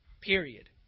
Period